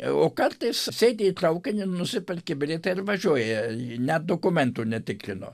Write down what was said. o kartais sėdi į traukinį nusiperki bilietą ir važiuoji net dokumentų netikrino